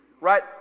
Right